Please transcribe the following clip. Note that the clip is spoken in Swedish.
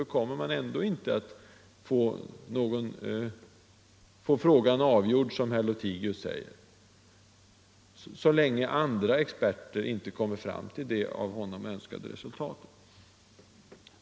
Då får vi ändå inte frågan avgjord, som herr Lothigius sade, så länge andra experter inte kommer fram till det av honom önskade resultatet.